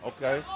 Okay